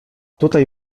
tutaj